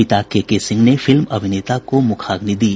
पिता K K Singh ने film अभिनेता को मुखाग्नि दी